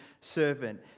servant